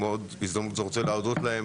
ובהזדמנות זו אני רוצה להודות להם,